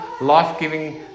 life-giving